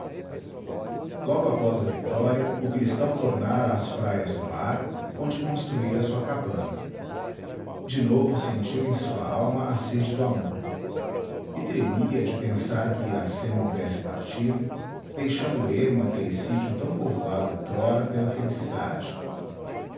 logo após a vitória o cristão tornara às praias do mar onde construíra sua cabana de novo sentiu em sua alma a sede do amor e tremia de pensar que iracema houvesse partido deixando ermo aquele sítio tão povoado outrora pela felicidade